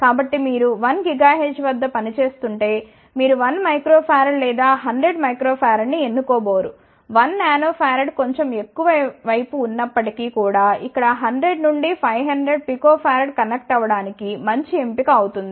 కాబట్టి మీరు 1 GHz వద్ద పనిచేస్తుంటే మీరు 1 uF లేదా 100 uF ని ఎన్నుకోబోరు 1 nF కొంచెం ఎక్కువ వైపు ఉన్నప్పటికీ కూడా ఇక్కడ 100 నుండి 500 pF కనెక్ట్ అవ్వ డానికి మంచి ఎంపిక అవుతుంది